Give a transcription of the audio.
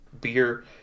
beer